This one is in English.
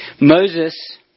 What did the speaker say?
Moses